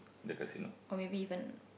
or maybe even